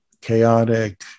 chaotic